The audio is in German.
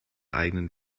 eigenen